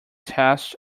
test